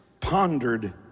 pondered